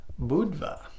Budva